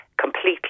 completely